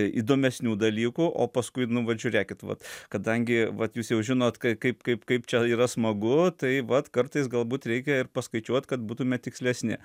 įdomesnių dalykų o paskui nu vat žiūrėkit vat kadangi vat jūs jau žinot kaip kaip kaip čia yra smagu tai vat kartais galbūt reikia ir paskaičiuot kad būtume tikslesni